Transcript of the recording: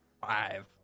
Five